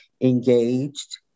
engaged